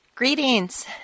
Greetings